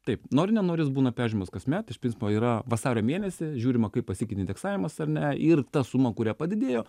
taip nori nenori jis būna peržiūrimas kasmet iš principo yra vasario mėnesį žiūrima kaip pasikeitė indeksavimas ar ne ir ta suma kuria padidėjo